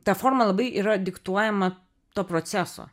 ta forma labai yra diktuojama to proceso